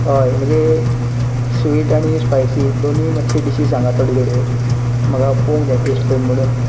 हय म्हणजे स्वीट आनी स्पायसी दोनूय मातशी डिशीज सांगात थोड्यो थोड्यो म्हाका पोंवक जाय टेश्ट करून म्हुण